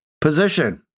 position